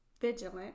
vigilant